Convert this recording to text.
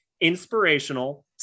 inspirational